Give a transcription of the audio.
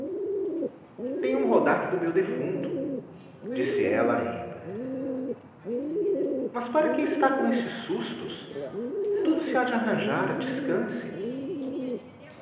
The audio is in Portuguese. tenho um rodaque do meu defunto disse ela rindo mas para que está com esses sustos tudo se há de arranjar descanse